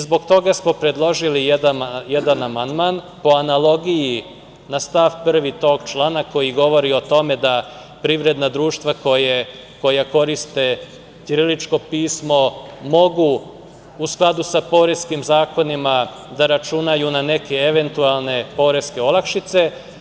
Zbog toga smo predložili jedan amandman, po analogiji na stav 1. tog člana koji govori o tome da privredna društva koja koriste ćirilično pismo mogu u skladu sa poreskim zakonima da računaju na neke eventualne poreske olakšice.